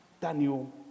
Daniel